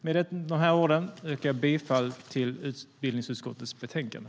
Med detta yrkar jag bifall till utbildningsutskottets förslag.